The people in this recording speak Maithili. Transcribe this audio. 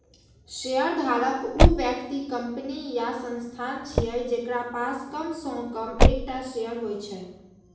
शेयरधारक ऊ व्यक्ति, कंपनी या संस्थान छियै, जेकरा पास कम सं कम एकटा शेयर होइ छै